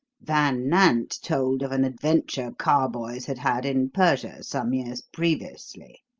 van nant told of an adventure carboys had had in persia some years previously.